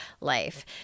life